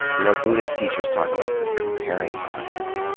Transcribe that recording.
you know, buddhist teachers talk about the comparing mind.